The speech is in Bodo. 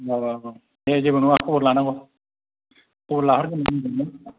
औ औ दे जेबो नङा खबर लानांगौ खबर लाहरलायनांगौ